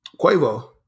Quavo